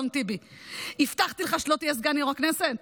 אדון טיבי: הבטחתי לך שלא תהיה סגן יו"ר הכנסת?